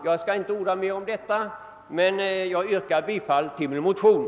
Jag skall nu inte orda mer om detta utan yrka bifall till motionerna.